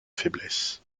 faiblesse